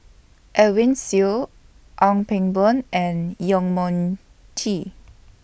Edwin Siew Ong Pang Boon and Yong Mun Tea